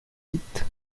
vite